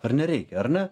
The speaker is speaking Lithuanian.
ar nereikia ar ne